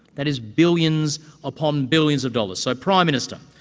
that is billions upon billions of dollars. so, prime minister,